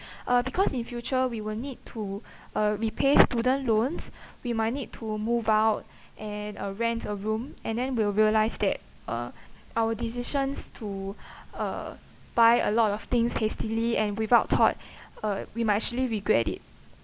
uh because in future we will need to uh repay student loans we might need to move out and rent a room and then we'll realize that uh our decisions to uh buy a lot of things hastily and without thought uh we might actually regret it